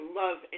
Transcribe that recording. love